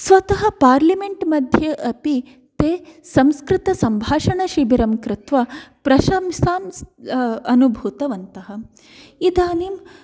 स्वतः पार्ल्यमेन्ट् मध्ये अपि ते संस्कृतसम्भाषणशिबिरं कृत्वा प्रशंसां अनुभूतवन्तः इदानीं